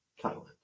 Thailand